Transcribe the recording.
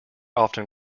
often